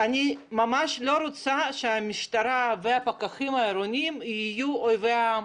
אני ממש לא רוצה שהמשטרה והפקחים העירוניים יהיו אויבי העם.